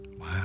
Wow